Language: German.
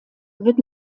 wird